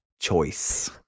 choice